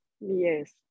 Yes